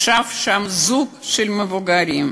ישב שם זוג מבוגרים,